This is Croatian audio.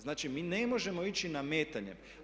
Znači, mi ne možemo ići nametanjem.